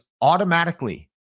automatically